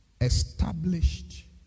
established